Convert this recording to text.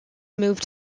moved